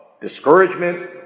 discouragement